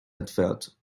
entfernt